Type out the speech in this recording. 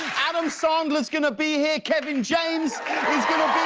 adam sandler is going to be here, kevin james is going